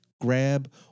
grab